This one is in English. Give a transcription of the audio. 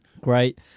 Great